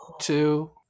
two